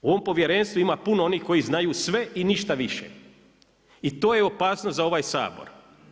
U ovom Povjerenstvu ima puno onih koji znaju sve i ništa više i to je opasnost za ovaj Sabor.